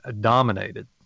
dominated